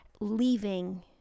Leaving